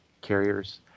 carriers